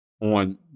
on